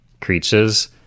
creatures